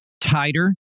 tighter